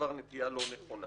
נטייה לא נכונה